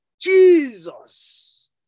Jesus